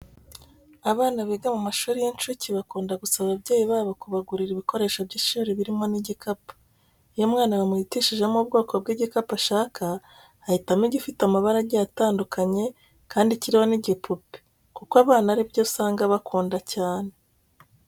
Abana biga mu mashuri y'incuke bakunda gusaba ababyeyi babo kubagurira ibikoresho by'ishuri birimo n'igikapu. Iyo umwana bamuhitishijemo ubwoko bw'igikapu ashaka, ahitamo igifite amabara agiye atandukanye kandi kiriho n'igipupe kuko abana ari byo usanga bakunda cyane.